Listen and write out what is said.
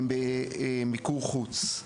הם במיקור חוץ.